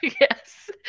yes